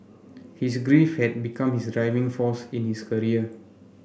his grief had become his driving force in his career